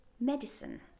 medicine